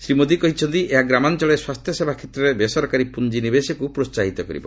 ଶ୍ରୀ ମୋଦି କହିଛନ୍ତି ଏହା ଗ୍ରାମାଞ୍ଚଳରେ ସ୍ୱାସ୍ଥ୍ୟସେବା କ୍ଷେତ୍ରରେ ବେସରକାରୀ ପୁଞ୍ଚିନିବେଶକୁ ପ୍ରୋହାହିତ କରିବ